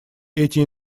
эти